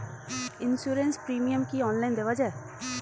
Insurance premium কি online দেওয়া যায়?